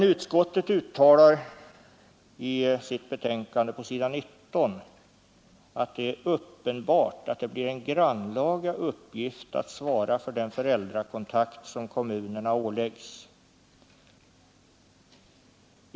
Utskottet uttalar i sitt betänkande på s. 19 att det är uppenbart att det blir en grannlaga uppgift att svara för den föräldrakontakt som kommunen åläggs.